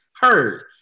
heard